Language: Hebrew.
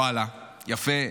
וואלה, יפה.